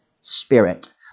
Spirit